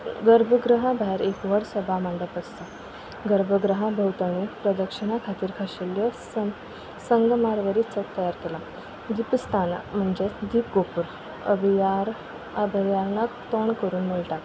गर्भगृह भायर एक व्हड सभामंडप आसा गर्भगृहा भोंवतणीं प्रदक्षिणा खातीर खाशेल्ल्यो संग संगमारवरीचो तयार केला दिपस्थाना म्हणजेच दिपगोपर अभियार अभयानक तोंड करून मेळटा